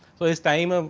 so, it is time um